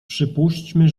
przypuśćmy